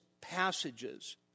passages